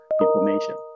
information